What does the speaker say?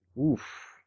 Oof